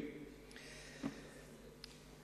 מי המזהם את המים,